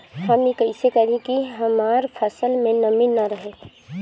हम ई कइसे करी की हमार फसल में नमी ना रहे?